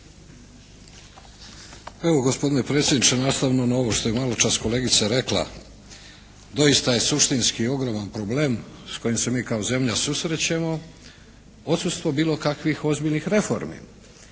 evo gospodine predsjedniče, nastavno na ovo što je maločas kolegica rekla. Doista je suštinski ogroman problem s kojim se mi kao zemlja susrećemo odsustvo bilo kakvih ozbiljnih reformi,